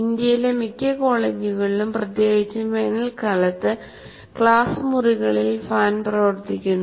ഇന്ത്യയിലെ മിക്ക കോളേജുകളിലും പ്രത്യേകിച്ചും വേനൽക്കാലത്ത് ക്ലാസ് മുറികളിൽ ഫാൻ പ്രവർത്തിക്കുന്നു